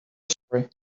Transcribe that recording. story